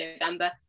November